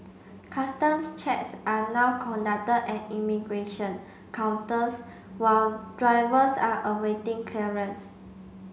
customs checks are now conducted at immigration counters while drivers are awaiting clearance